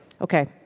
Okay